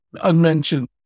unmentioned